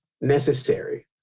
necessary